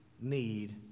need